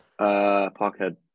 Parkhead